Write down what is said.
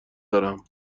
دارم